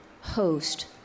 host